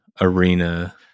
arena